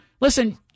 Listen